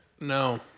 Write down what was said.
No